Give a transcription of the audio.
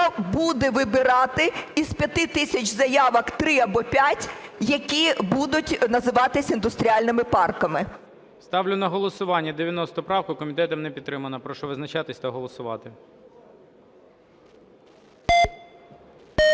буде вибирати із 5 тисяч заявок 3 або 5, які будуть називатись індустріальними парками. ГОЛОВУЮЧИЙ. Ставлю на голосування 90 правку. Комітетом не підтримана. Прошу визначатись та голосувати.